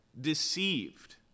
deceived